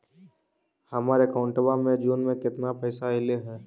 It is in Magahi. हमर अकाउँटवा मे जून में केतना पैसा अईले हे?